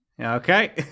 Okay